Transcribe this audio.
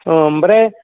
अ ओमफ्राय